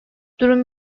durum